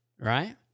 right